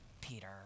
Peter